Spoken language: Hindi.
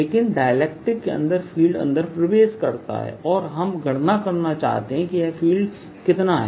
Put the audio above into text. लेकिन डाइलेक्ट्रिक के लिए फील्ड अंदर प्रवेश करता है और हम गणना करना चाहते हैं कि यह फील्ड कितना है